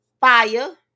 Fire